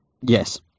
Yes